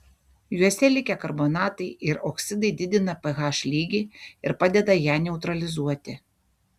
juose likę karbonatai ir oksidai didina ph lygį ir padeda ją neutralizuoti